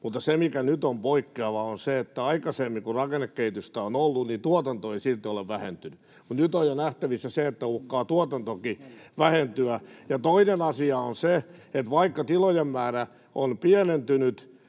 mutta se, mikä nyt on poikkeavaa, on se, että aikaisemmin, kun rakennekehitystä on ollut, tuotanto ei silti ole vähentynyt. Mutta nyt on jo nähtävissä se, että uhkaa tuotantokin vähentyä. Ja toinen asia on se, että vaikka tilojen määrä on vähentynyt,